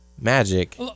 magic